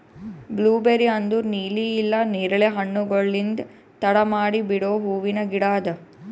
blueberry ಅಂದುರ್ ನೀಲಿ ಇಲ್ಲಾ ನೇರಳೆ ಹಣ್ಣುಗೊಳ್ಲಿಂದ್ ತಡ ಮಾಡಿ ಬಿಡೋ ಹೂವಿನ ಗಿಡ ಅದಾ